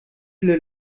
viele